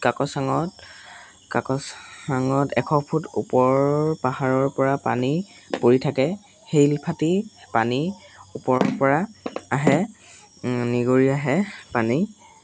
কাক'চাঙত কাক'চাঙত এশ ফুট ওপৰৰ পাহাৰৰ পৰা পানী পৰি থাকে শিল ফাটি পানী ওপৰৰ পৰা আহে নিগৰি আহে পানী